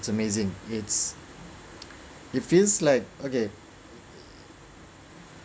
it's amazing it's it feels like okay